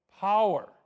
power